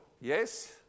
Yes